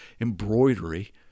embroidery